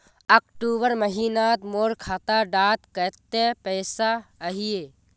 अक्टूबर महीनात मोर खाता डात कत्ते पैसा अहिये?